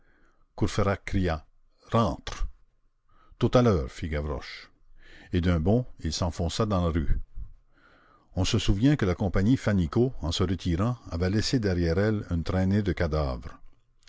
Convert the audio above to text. courfeyrac cria rentre tout à l'heure fit gavroche et d'un bond il s'enfonça dans la rue on se souvient que la compagnie fannicot en se retirant avait laissé derrière elle une traînée de cadavres